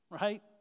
right